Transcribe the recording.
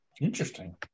Interesting